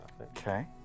Okay